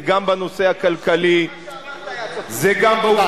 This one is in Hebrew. זה גם בנושא הכלכלי, ביושר, גם מה שאמרת היה צפוי.